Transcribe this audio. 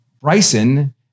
Bryson